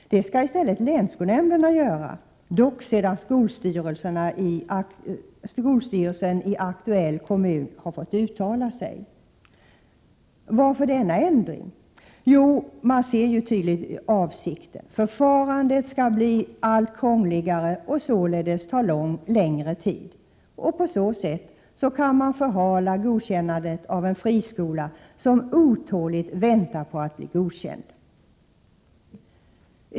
Det skall i stället länsskolnämnden göra — dock sedan skolstyrelsen i aktuell kommun har fått uttala sig. Varför denna ändring? Jo, man ser ju tydligt avsikten: Förfarandet skall bli allt krångligare och således ta längre tid. På så sätt kan man förhala godkännandet av en friskola som otåligt väntar på att bli godkänd.